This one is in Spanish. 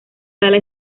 sala